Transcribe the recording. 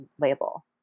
label